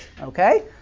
okay